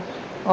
جی ہاں